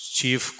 Chief